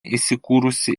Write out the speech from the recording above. įsikūrusi